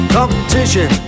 Competition